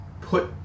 put